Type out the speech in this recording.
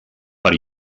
per